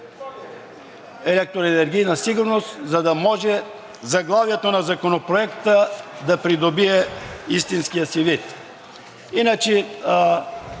„Електроенергийна сигурност“, за да може заглавието на Законопроекта да придобие истинския си вид. Иначе